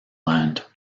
land